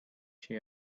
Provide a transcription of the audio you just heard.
she